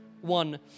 one